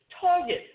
target